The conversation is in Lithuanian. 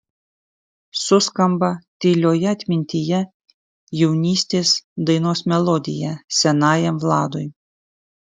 suskamba tylioje atmintyje jaunystės dainos melodija senajam vladui